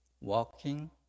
walking